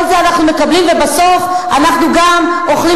כל זה אנחנו מקבלים ובסוף אנחנו גם אוכלים